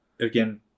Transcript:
Again